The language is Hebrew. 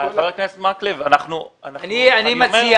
אני מציע